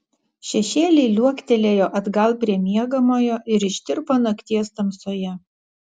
šešėliai liuoktelėjo atgal prie miegamojo ir ištirpo nakties tamsoje